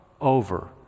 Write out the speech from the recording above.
over